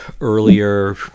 earlier